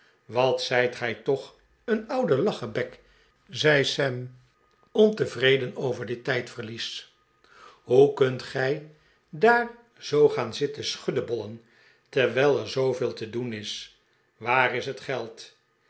wat zijt gij toch een oude lachebek zei sam ontevreden over dit tijdverlies hoe kunt gij daar zoo gaan zitten schuddebollen terwijl er zooveel te doen is waar is het geld